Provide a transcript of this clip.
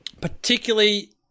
particularly